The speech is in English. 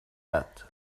that